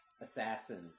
assassins